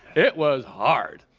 it was hard.